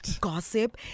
gossip